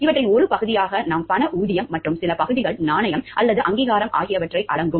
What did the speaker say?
இவற்றின் ஒரு பகுதியாக நாம் பண ஊதியம் மற்றும் சில பகுதிகள் நாணயம் அல்லாத அங்கீகாரம் ஆகியவை அடங்கும்